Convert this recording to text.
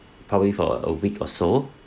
probably for a week or so